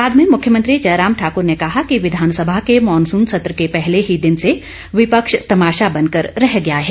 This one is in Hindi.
बाद में मुख्यमंत्री जयराम ठाक्र ने कहा कि विधानसभा के मानसून सत्र के पहले ही दिन से विपक्ष तमाशा बन कर रह गया है